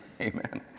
Amen